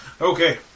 Okay